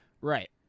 Right